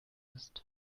ist